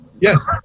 Yes